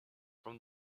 from